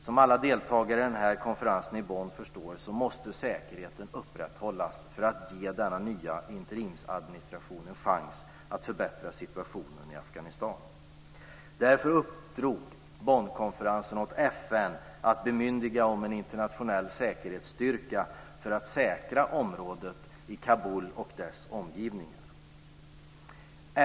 Som alla deltagare i den här konferensen i Bonn förstår måste säkerheten upprätthållas för att ge denna nya interimsadministration en chans att förbättra situationen i Afghanistan. Därför uppdrog Bonnkonferensen åt FN att bemyndiga om en internationell säkerhetsstyrka för att säkra Kabul och dess omgivningar.